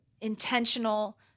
intentional